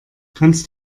kannst